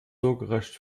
sorgerecht